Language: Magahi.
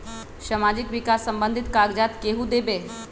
समाजीक विकास संबंधित कागज़ात केहु देबे?